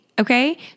Okay